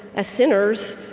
as sinners,